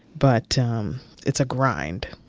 but um it's a grind.